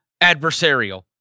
adversarial